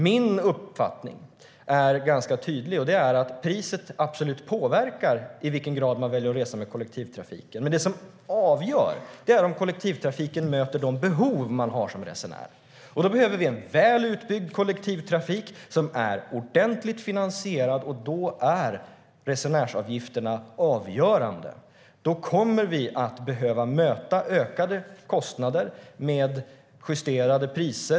Min uppfattning är ganska tydlig. Den är att priset absolut påverkar i vilken grad man väljer att resa med kollektivtrafiken, men det som avgör är om kollektivtrafiken möter de behov man har som resenär. Då behöver vi en väl utbyggd kollektivtrafik som är ordentligt finansierad, och då är resenärsavgifterna avgörande. Då kommer vi att behöva möta ökade kostnader med justerade priser.